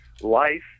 life